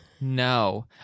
no